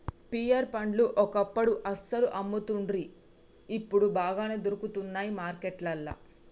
pear పండ్లు ఒకప్పుడు అస్సలు అమ్మపోతుండ్రి ఇప్పుడు బాగానే దొరుకుతానయ్ మార్కెట్లల్లా